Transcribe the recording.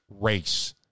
race